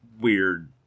weird